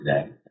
today